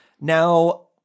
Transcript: Now